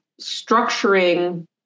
structuring